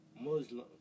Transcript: Muslim